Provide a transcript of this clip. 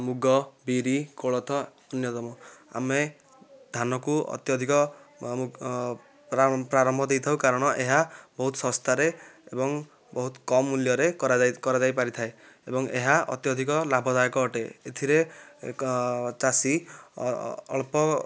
ମୁଗ ବିରି କୋଳଥ ଅନ୍ୟତମ ଆମେ ଧାନକୁ ଅତ୍ୟଧିକ ପ୍ରାରମ୍ଭ ଦେଇଥାଉ କାରଣ ଏହା ବହୁତ ଶସ୍ତାରେ ଏବଂ ବହୁତ କମ୍ ମୂଲ୍ୟରେ କରାଯାଇ କରାଯାଇପାରିଥାଏ ଏବଂ ଏହା ଅତ୍ୟଧିକ ଲାଭଦାୟକ ଅଟେ ଏଥିରେ ଏକ ଚାଷୀ ଅଳ୍ପ